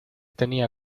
tenía